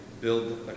build